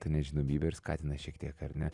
nežinomybė ir skatina šiek tiek ar ne